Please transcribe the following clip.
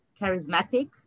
charismatic